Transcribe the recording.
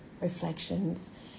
reflections